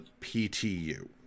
PTU